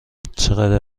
چقدر